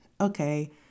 okay